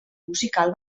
musical